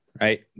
right